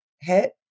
hit